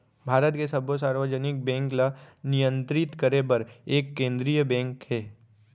भारत के सब्बो सार्वजनिक बेंक ल नियंतरित करे बर एक केंद्रीय बेंक हे